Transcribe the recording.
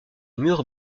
murs